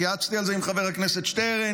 התייעצתי על זה עם חבר הכנסת שטרן,